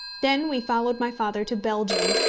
then we followed my father to belgium,